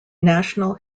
national